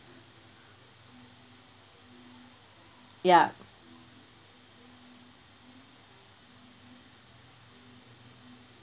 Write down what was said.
ya